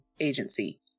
agency